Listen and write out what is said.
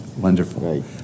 wonderful